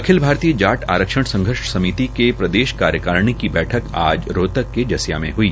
अखिल भारतीय जाट आरक्षण संघर्ष समिति की प्रदेश कार्यकारिणी की बैठक आज रोहतक के जसिया में हई